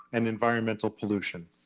and environmental pollution.